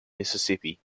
mississippi